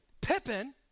Pippin